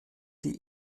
die